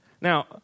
Now